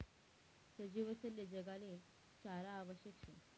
सजीवसले जगाले चारा आवश्यक शे